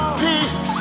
peace